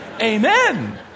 amen